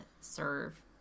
serve